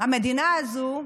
המדינה הזו,